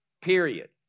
period